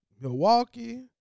Milwaukee